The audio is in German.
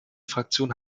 fraktion